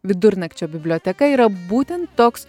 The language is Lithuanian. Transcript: vidurnakčio biblioteka yra būtent toks